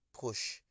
push